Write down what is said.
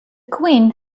queen